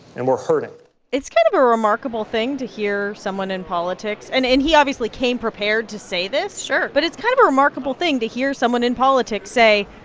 and we're hurting it's kind of a remarkable thing to hear someone in politics and and he obviously came prepared to say this sure but it's kind of a remarkable thing to hear someone in politics say,